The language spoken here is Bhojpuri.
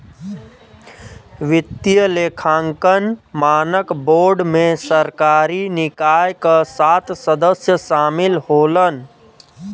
वित्तीय लेखांकन मानक बोर्ड में सरकारी निकाय क सात सदस्य शामिल होलन